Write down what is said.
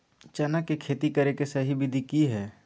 चना के खेती करे के सही विधि की हय?